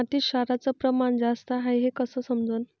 मातीत क्षाराचं प्रमान जास्त हाये हे कस समजन?